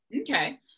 Okay